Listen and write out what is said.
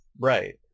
Right